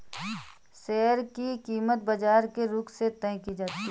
share की कीमत बाजार के रुख से तय की जाती है